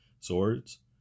swords